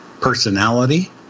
personality